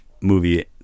movie